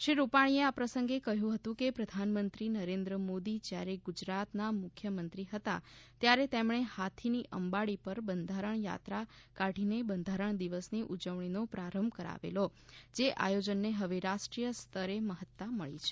શ્રી રૂપાણીએ આ પ્રસંગે કહ્યું હતું કે પ્રધાનમંત્રી નરેન્દ્ર મોદી જ્યારે ગુજરાતના મુખ્યમંત્રી હતા ત્યારે તેમણે હાથીની અંબાડી પર બંધારણ યાત્રા કાઢીને બંધારણ દિવસની ઉજવણીનો પ્રારંભ કરાવેલો જે આયોજનને હવે રાષ્ટ્રીય સ્તરે મહત્તા મળી છે